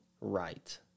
right